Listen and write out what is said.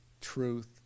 truth